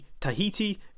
Tahiti